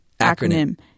Acronym